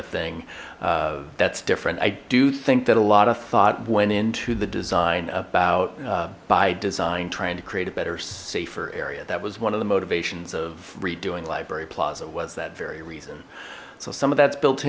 of thing that's different i do think that a lot of thought went into the design about by design trying to create a better safer area that was one of the motivations of redoing library plaza was that very reason so some of that's built